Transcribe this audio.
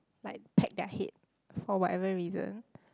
like peck their head for whatever reason